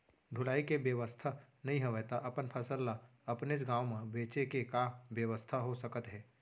ढुलाई के बेवस्था नई हवय ता अपन फसल ला अपनेच गांव मा बेचे के का बेवस्था हो सकत हे?